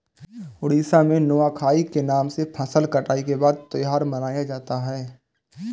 उड़ीसा में नुआखाई के नाम से फसल कटाई के बाद त्योहार मनाया जाता है